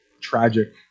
tragic